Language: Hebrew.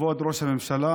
כבוד ראש הממשלה,